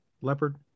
leopard